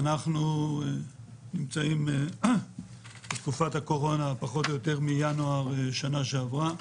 אנחנו נמצאים בתקופת הקורונה מינואר שנה שעברה.